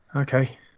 Okay